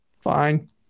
fine